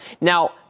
Now